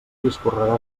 discorrerà